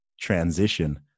transition